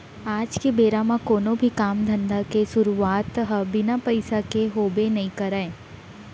आज के बेरा म कोनो भी काम धंधा के सुरूवात ह बिना पइसा के होबे नइ करय